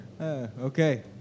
Okay